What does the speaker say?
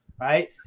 Right